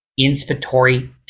inspiratory